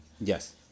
Yes